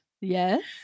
Yes